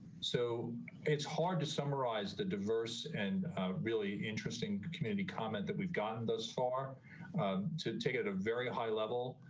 so it's hard to summarize the diverse and really interesting community comment that we've gotten this far to take it a very high level.